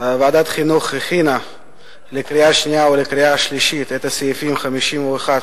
ועדת החינוך הכינה לקריאה שנייה ולקריאה שלישית את סעיפים 51,